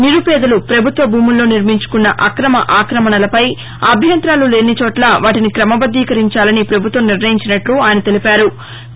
నిరుపేదలు ప్రభుత్వ భూముల్లో నిర్మించుకున్న అక్రమ ఆక్రమణలపై అభ్యంతరాలు లేని చోట్ల వాటిని క్రమబద్దీకరించాలని పభుత్వం నిర్ణయించినట్లు ఆయన తెలిపారు